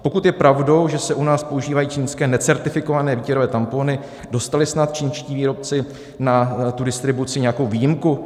Pokud je pravdou, že se u nás používají čínské necertifikované výtěrové tampony, dostali snad čínští výrobci na tu distribuci nějakou výjimku?